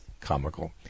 comical